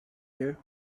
you